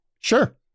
Sure